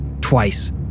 twice